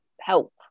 help